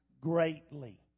greatly